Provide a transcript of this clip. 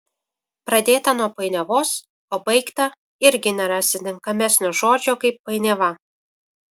pradėta nuo painiavos o baigta irgi nerasi tinkamesnio žodžio kaip painiava